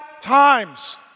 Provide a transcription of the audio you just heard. times